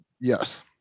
Yes